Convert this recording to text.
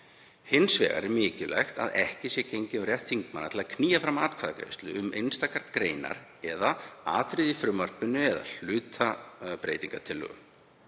Hins vegar er mikilvægt að ekki sé gengið á rétt þingmanna til að knýja fram atkvæðagreiðslu um einstakar greinar eða atriði í frumvarpi eða um hluta breytingartillögu.